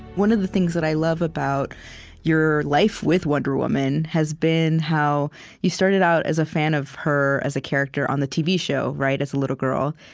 one of the things that i love about your life with wonder woman has been how you started out as a fan of her as a character on the tv show, as a little girl,